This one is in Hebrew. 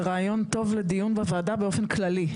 זה רעיון טוב לדיון בוועדה באופן כללי.